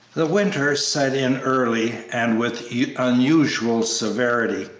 the winter set in early and with unusual severity.